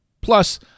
Plus